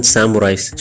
Samurais